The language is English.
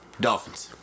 Dolphins